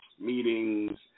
meetings